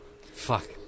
Fuck